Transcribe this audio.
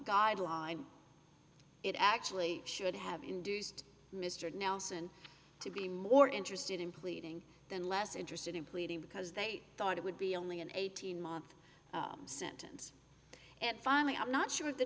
guideline it actually should have induced mr nelson to be more interested in pleading than less interested in pleading because they thought it would be only an eighteen month sentence and finally i'm not sure